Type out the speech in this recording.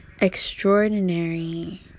extraordinary